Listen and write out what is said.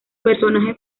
personajes